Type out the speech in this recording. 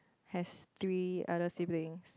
has three other siblings